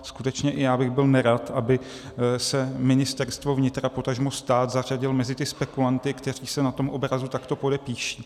Skutečně i já bych byl nerad, aby se Ministerstvo vnitra, potažmo stát zařadil mezi ty spekulanty, kteří se na tom obrazu takto podepíší.